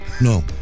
No